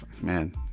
Man